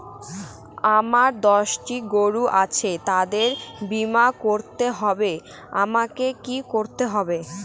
আমার দশটি গরু আছে তাদের বীমা করতে হলে আমাকে কি করতে হবে?